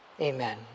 Amen